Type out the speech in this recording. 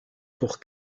pour